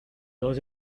dos